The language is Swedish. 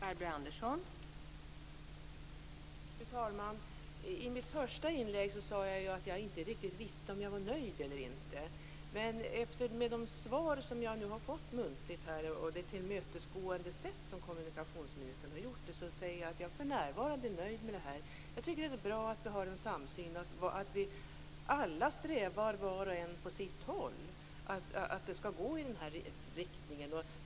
Fru talman! I mitt första inlägg sade jag att jag inte riktigt visste om jag var nöjd eller inte. Men med de svar som jag nu har fått muntligt här och med det tillmötesgående sätt som kommunikationsministern har visat vill jag säga att jag för närvarande är nöjd med detta. Jag tycker att det är bra att vi har en samsyn och att alla, var och en på sitt håll, strävar efter att det skall gå i den här riktning.